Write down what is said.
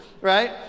right